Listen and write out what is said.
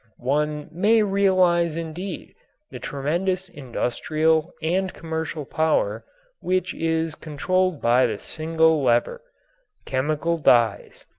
one may realize indeed the tremendous industrial and commercial power which is controlled by the single lever chemical dyes.